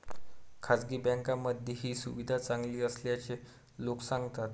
खासगी बँकांमध्ये ही सुविधा चांगली असल्याचे लोक सांगतात